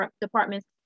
departments